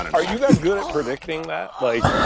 are you guys good at predicting that? like,